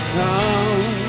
come